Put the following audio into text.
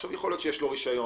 יכול להיות שיש לו רשיון,